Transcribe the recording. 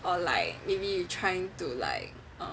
or like maybe you trying to like err